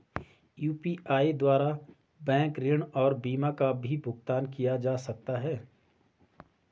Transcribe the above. UPI द्वारा bank ऋण और बीमा का भी भुगतान किया जा सकता है?